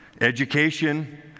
education